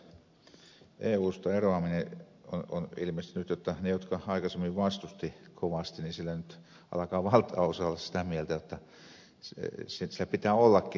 kankaanniemelle voisi todeta jotta eusta eroamisen kanssa on ilmeisesti nyt niin jotta niistä jotka aikaisemmin vastustivat kovasti alkaa valtaosa olla sitä mieltä jotta siellä pitää ollakin